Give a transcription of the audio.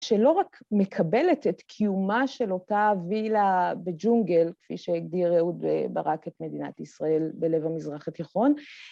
שלא רק מקבלת את קיומה של אותה וילה בג'ונגל, כפי שהגדיר אהוד ברק את מדינת ישראל בלב המזרח התיכון,